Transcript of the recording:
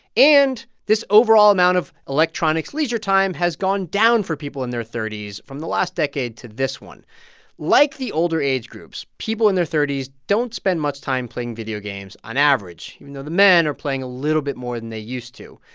and this overall amount of electronics leisure time has gone down for people in their thirty s from the last decade to this one like the older age groups, people in their thirty s don't spend much time playing video games on average, even though the men are playing a little bit more than they used to.